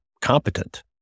competent